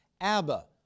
Abba